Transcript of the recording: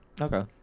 Okay